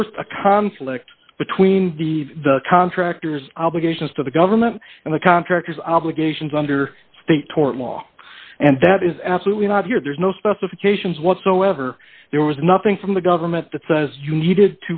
forced a conflict between the the contractors obligations to the government and the contractors obligations under state tort law and that is absolutely not here there's no specifications whatsoever there was nothing from the government that says you needed